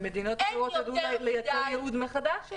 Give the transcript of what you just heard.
אבל במדינות אחרות ידעו לייצר ייעוד מחדש.